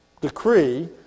decree